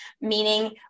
meaning